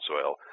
soil